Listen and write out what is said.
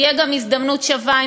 תהיה הזדמנות שווה,